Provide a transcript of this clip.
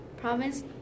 province